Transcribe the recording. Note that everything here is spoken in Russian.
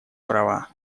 права